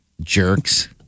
Jerks